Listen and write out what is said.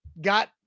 got